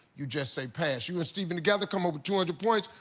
you just say pass. you and stephen together come up with two hundred points,